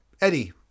eddie